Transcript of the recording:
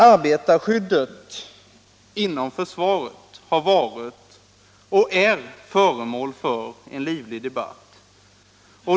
Arbetarskyddet inom försvaret har varit och är föremål för en livlig debatt.